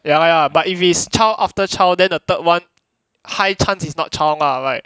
ya lah ya lah but if it's child after child then the third one high chance is not child lah right